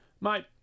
Mate